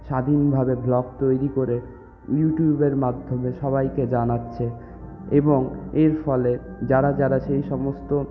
স্বাধীনভাবে ব্লগ তৈরি করে ইউটিউবের মাধ্যমে সবাইকে জানাচ্ছে এবং এর ফলে যারা যারা সেই সমস্ত